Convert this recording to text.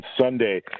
Sunday